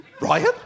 Ryan